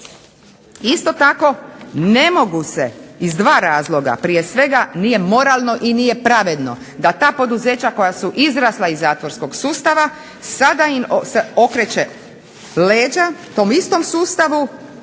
Isto tako ne mogu se iz dva razloga, prije svega nije moralno i nije pravedno da ta poduzeća koja su izrasla iz zatvorskog sustava sada im se okreće leđa tom istom sustavu